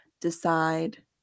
decide